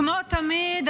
כמו תמיד,